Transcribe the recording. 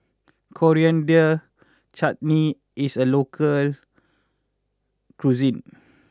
Coriander Chutney is a local cuisine